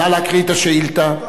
נא להקריא את השאילתא.